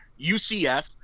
UCF